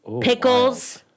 pickles